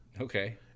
Okay